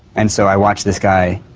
and so i watched this guy,